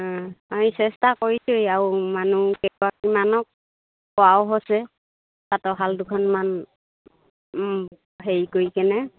আমি চেষ্টা কৰিছোঁ আৰু মানুহ কেইগৰাকীমানক কোৱাও হৈছে তাঁতৰ শাল দুখনমান হেৰি কৰি কেনে